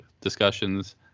discussions